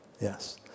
Yes